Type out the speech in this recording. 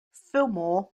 fillmore